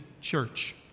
church